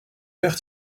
père